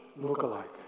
look-alike